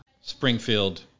Springfield